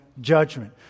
judgment